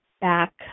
back